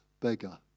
beggar